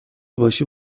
باشی